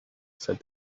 said